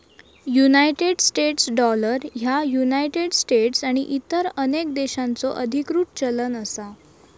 United States dollar ह्या United States आणि इतर अनेक देशांचो अधिकृत चलन असा